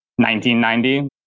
1990